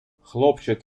хлопчик